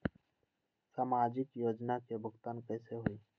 समाजिक योजना के भुगतान कैसे होई?